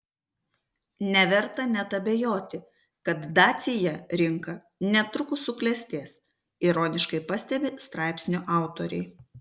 neverta net abejoti kad dacia rinka netrukus suklestės ironiškai pastebi straipsnio autoriai